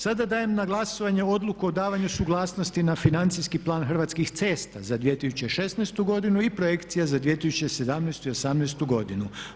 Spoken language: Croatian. Sada dajem na glasovanje Odluku o davanju suglasnosti na Financijski plan Hrvatskih cesta za 2016. godinu i projekcije za 2017. i 2018. godinu.